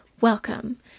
welcome